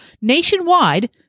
nationwide